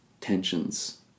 tensions